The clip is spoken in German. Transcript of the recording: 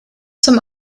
zum